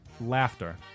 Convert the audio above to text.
Laughter